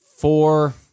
Four